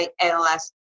ALS